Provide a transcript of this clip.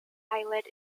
islet